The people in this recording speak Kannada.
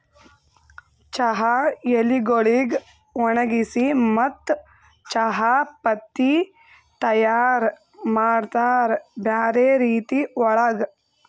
ಚಹಾ ಎಲಿಗೊಳಿಗ್ ಒಣಗಿಸಿ ಮತ್ತ ಚಹಾ ಪತ್ತಿ ತೈಯಾರ್ ಮಾಡ್ತಾರ್ ಬ್ಯಾರೆ ರೀತಿ ಒಳಗ್